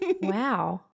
Wow